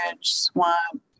swamp